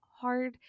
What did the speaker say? hard